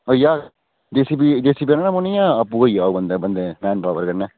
होई जाह्ग J C B J C B आह्नना पौनी जां आपूं होई जाह्ग बंदे बंदे मैन पावर कन्नै